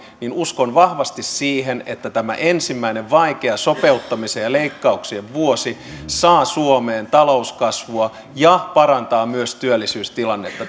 niin uskon vahvasti siihen että tämä ensimmäinen vaikea sopeuttamisen ja leikkauksien vuosi saa suomeen talouskasvua ja parantaa myös työllisyystilannetta